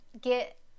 get